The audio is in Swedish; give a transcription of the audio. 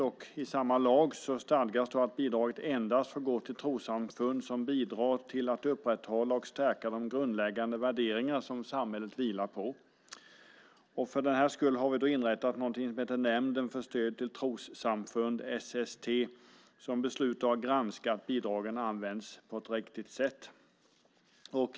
I samma lag stadgas att bidraget endast får gå till trossamfund som bidrar till att upprätthålla och stärka de grundläggande värderingar som samhället vilar på. För den sakens skull har vi inrättat någonting som heter Nämnden för stöd till trossamfund - SST. Den beslutar om bidragen och granskar att de används på ett riktigt sätt.